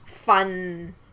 fun